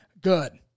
good